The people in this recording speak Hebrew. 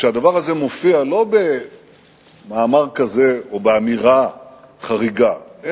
כשהדבר מופיע לא במאמר כזה או באמירה חריגה,